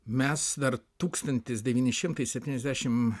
mes dar tūkstantis devyni šimtai septyniasdešim